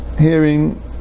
hearing